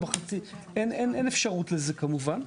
אין אפשרות לזה כמובן.